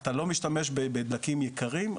אתה לא משתמש בדלקים יקרים,